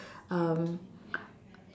um